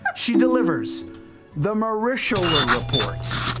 but she delivers the marishaler report.